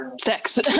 sex